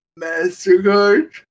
MasterCard